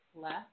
left